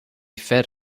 fed